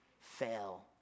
fail